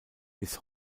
bis